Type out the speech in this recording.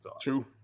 true